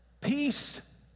peace